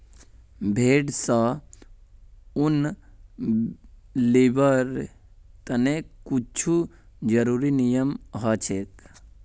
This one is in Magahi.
भेड़ स ऊन लीबिर तने कुछू ज़रुरी नियम हछेक